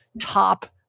top